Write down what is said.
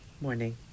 Morning